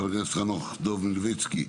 חבר הכנסת חנוך דב מלביצקי,